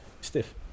stiff